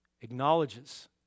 acknowledges